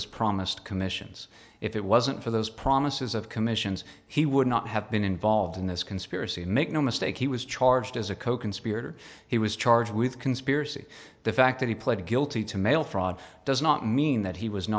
was promised commissions if it wasn't for those promises of commissions he would not have been involved in this conspiracy and make no mistake he was charged as a coconspirator he was charged with conspiracy the fact that he pled guilty to mail fraud does not mean that he was